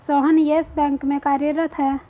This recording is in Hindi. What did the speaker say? सोहन येस बैंक में कार्यरत है